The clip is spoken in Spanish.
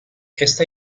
esta